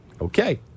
Okay